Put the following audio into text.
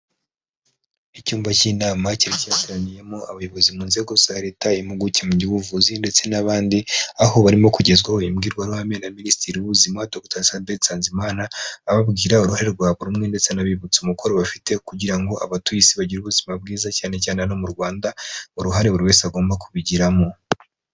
Icyumba cy'inama cyari cyateraniyemo abayobozi mu nzego za leta impuguke mu by'ubuvuzi ndetse n'abandi aho barimo kugezwaho imbwirwaruhame na minisitiri w'ubuzima Dr Sabin Nsanzimana ababwira uruhare rwa buri umwe ndetse anabibutsa umukoro bafite kugira ngo abatuye isi bagire ubuzima bwiza cyane cyane hano mu Rwanda uruhare buri wese agomba kubigiramo.